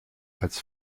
als